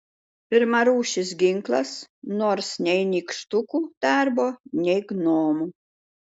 pirmarūšis ginklas nors nei nykštukų darbo nei gnomų